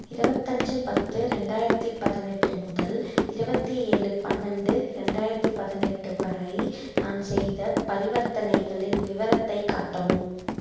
இருபத்தஞ்சி பத்து ரெண்டாயிரத்தி பதினெட்டு முதல் இருபத்தேழு பன்னெண்டு ரெண்டாயிரத்தி பதினெட்டு வரை நான் செய்த பரிவர்த்தனைகளின் விவரத்தை காட்டவும்